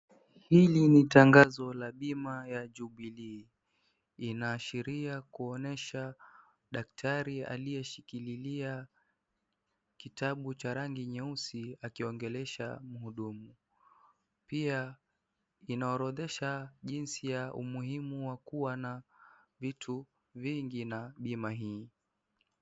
Hili ni tangazo la bima ya Jubilee . Linaashiria kuonyesha daktari aliyeshikililia kitabu cha rangi nyeusi akiongelesha mhudumu , pia inaorodhesha umuhimu wa kuwa na vitu vingi pia na bima hii .